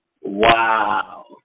Wow